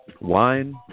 wine